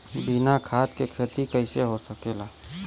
बिना खाद के खेती कइसे हो सकेला?